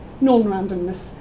non-randomness